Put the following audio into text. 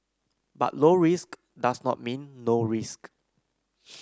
but low risk does not mean no risk